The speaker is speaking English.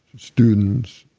students,